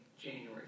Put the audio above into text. January